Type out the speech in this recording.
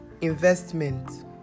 investment